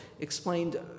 explained